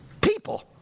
People